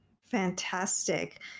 fantastic